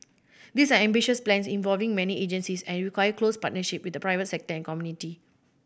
these are ambitious plans involving many agencies and require close partnership with the private sector and community